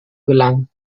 gelangen